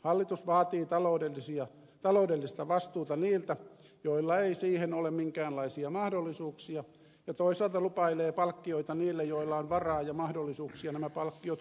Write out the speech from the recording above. hallitus vaatii taloudellista vastuuta niiltä joilla ei siihen ole minkäänlaisia mahdollisuuksia ja toisaalta lupailee palkkioita niille joilla on varaa ja mahdollisuuksia nämä palkkiot kuitata